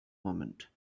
moment